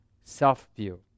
self-view